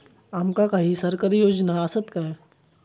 आमका काही सरकारी योजना आसत काय?